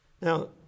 Now